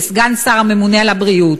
כסגן שר הממונה על הבריאות,